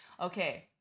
okay